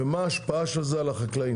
ומה ההשפעה של זה על החקלאים.